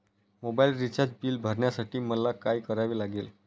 Mobile recharge bill भरण्यासाठी मला काय करावे लागेल?